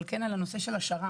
אבל כן על הנושא של השר"מ.